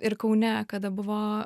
ir kaune kada buvo